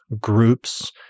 groups